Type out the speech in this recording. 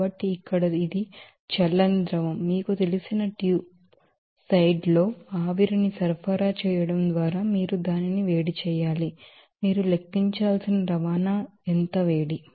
కాబట్టి ఇక్కడ ఇది చల్లని ద్రవం మీకు తెలిసిన ట్యూబ్ సైడ్ లో ఆవిరిని సరఫరా చేయడం ద్వారా మీరు దానిని వేడి చేయాలి మీరు లెక్కించాల్సిన రవాణా ఎంత వేడి